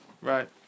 Right